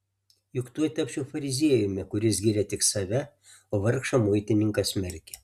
juk tuoj tapčiau fariziejumi kuris giria tik save o vargšą muitininką smerkia